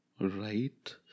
right